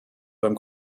beim